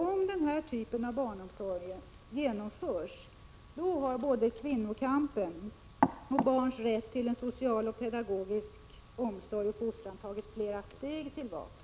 Om denna typ av barnomsorg genomförs, har både kvinnokampen och barnens rätt till en social och pedagogisk omsorg och fostran tagit flera steg tillbaka.